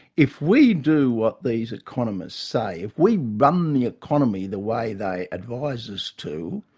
if we do what these economists say, if we run the economy the way they advise us to,